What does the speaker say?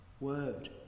word